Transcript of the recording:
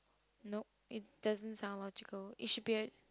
nope it doesn't sound logical it should be